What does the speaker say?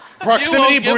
proximity